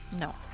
No